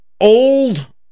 old